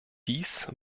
dies